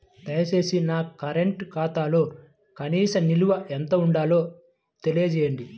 దయచేసి నా కరెంటు ఖాతాలో కనీస నిల్వ ఎంత ఉండాలో తెలియజేయండి